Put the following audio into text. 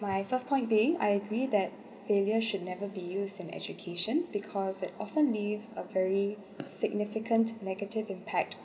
my first point being I agree that failure should never be used in education because they often leaves a very significant negative impact